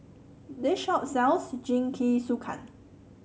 this shop sells Jingisukan